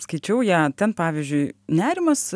skaičiau ją ten pavyzdžiui nerimas